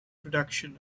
production